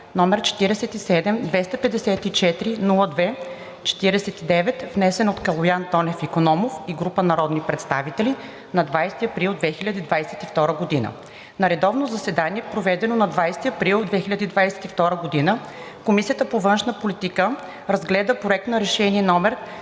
№ 47-254-02-49, внесен от Калоян Тонев Икономов и група народни представители на 20 април 2022 г. На редовно заседание, проведено на 20 април 2022 г., Комисията по външна политика разгледа Проект на решение №